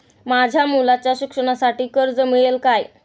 माझ्या मुलाच्या शिक्षणासाठी कर्ज मिळेल काय?